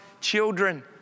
children